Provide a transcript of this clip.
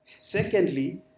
Secondly